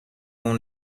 اون